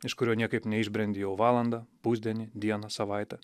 iš kurio niekaip neišbrendi jau valandą pusdienį dieną savaitę